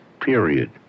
period